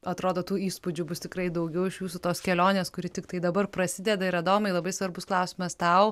atrodo tų įspūdžių bus tikrai daugiau iš jūsų tos kelionės kuri tiktai dabar prasideda ir adomai labai svarbus klausimas tau